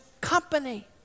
company